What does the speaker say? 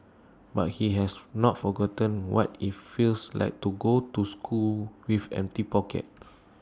but he has not forgotten what IT feels like to go to school with empty pockets